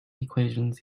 equations